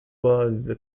was